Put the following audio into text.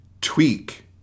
tweak